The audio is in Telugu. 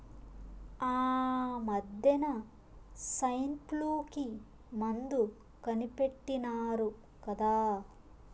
ఆమద్దెన సైన్ఫ్లూ కి మందు కనిపెట్టినారు కదా